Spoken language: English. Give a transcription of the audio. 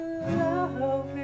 love